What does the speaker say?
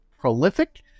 prolific